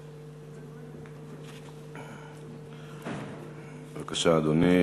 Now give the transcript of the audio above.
בבקשה, אדוני.